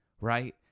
right